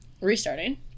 restarting